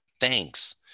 thanks